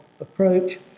approach